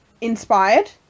inspired